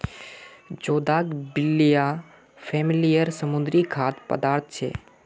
जोदाक बिब्लिया फॅमिलीर समुद्री खाद्य पदार्थ छे